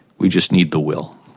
we just need the will.